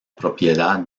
propiedad